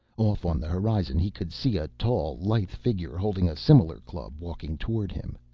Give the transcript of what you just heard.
off on the horizon he could see a tall, lithe figure holding a similar club walking toward him.